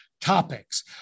topics